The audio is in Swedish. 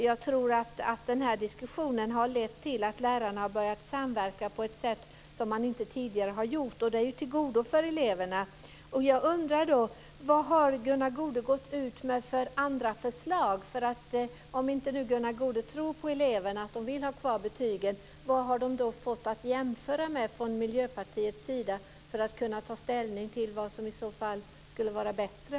Jag tror att den diskussionen har lett till att lärarna har börjat samverka på ett sätt som man inte tidigare har gjort. Det är av godo för eleverna. Jag undrar då: Vad har Gunnar Goude gått ut med för andra förslag? Om inte Gunnar Goude tror på att eleverna vill ha kvar betygen, vad har de fått att jämföra med från Miljöpartiets sida för att kunna ta ställning till vad som i så fall skulle vara bättre?